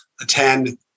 attend